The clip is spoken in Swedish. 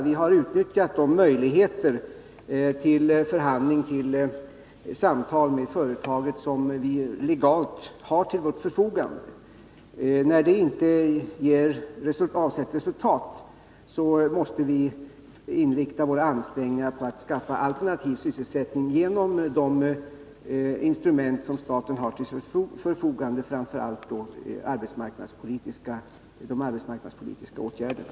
Vi har utnyttjat de möjligheter till förhandling och samtal med företaget som enligt lag står till vårt förfogande. När dessa ansträngningar inte ger avsett resultat måste vi inrikta våra strävanden på att skaffa fram alternativ elsättning genom de instrument som staten har till sitt förfogande, framför allt de arbetsmarknadspolitiska åtgärderna.